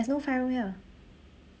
there's no five room here